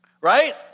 right